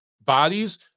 bodies